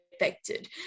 affected